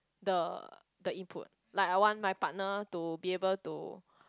the the input like I want my partner to be able to